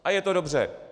A je to dobře.